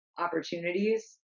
opportunities